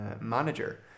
manager